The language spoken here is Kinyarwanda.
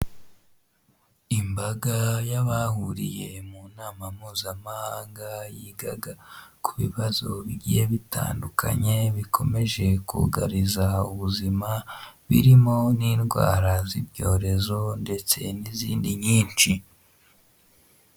Imbaga y'abahuriye mu nama mpuzamahanga yigaga ku bibazo bigiye bitandukanye, bikomeje kugariza ubuzima, birimo n'indwara z'ibyorezo ndetse n'izindi nyinshi.